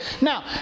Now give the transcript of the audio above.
Now